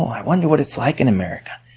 i wonder what it's like in america?